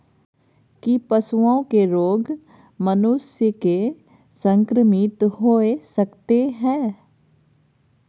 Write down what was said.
की पशुओं के रोग मनुष्य के संक्रमित होय सकते है?